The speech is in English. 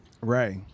Right